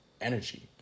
energy